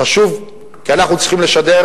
חשוב כי אנחנו צריכים לשדר,